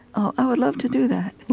ah i would love to do that.